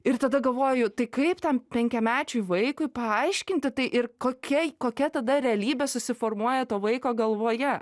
ir tada galvoju tai kaip tam penkiamečiui vaikui paaiškinti tai ir kokia kokia tada realybė susiformuoja to vaiko galvoje